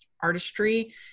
artistry